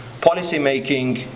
policy-making